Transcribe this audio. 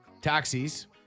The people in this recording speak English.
Taxis